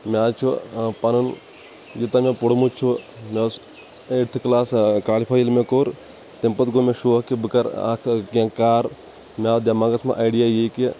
مےٚ حظ چھِ پَنُن یوتاہ مےٚ پوٚرمُت چھِ مےٚ اوس ایٖٹ تھہٕ کلاس کالِفَے ییٚلہِ مےٚ کوٚر تمہِ پَتہٕ گوٚو مےٚ شُوق کہِ بہٕ کَر اَکھ کِینٛہہ کار مےٚ آو دِؠماغَس منٛز آیِڈِیا یی کہِ